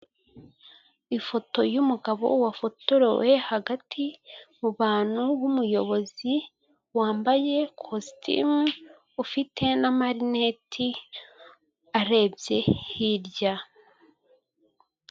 Ifoto y'umugabo wafotorewe hagati mubantu w'umuyobozi wambaye kositimu ufite na marineti arebye hirya.